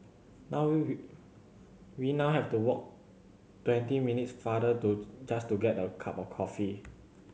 now we we now have to walk twenty minutes farther to just to get a cup of coffee